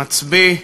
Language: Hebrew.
מצביא,